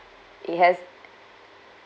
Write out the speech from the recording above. it has